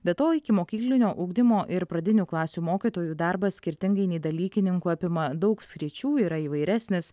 be to ikimokyklinio ugdymo ir pradinių klasių mokytojų darbas skirtingai nei dalykininkų apima daug sričių yra įvairesnis